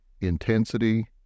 intensity